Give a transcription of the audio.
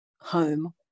home